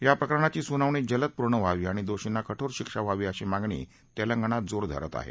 या प्रकरणाची सुनावणीजलद पूर्ण व्हावी आणि दोषींना कठोर शिक्षा व्हावी अशी मागणी तेलंगणात जोर धरत आहे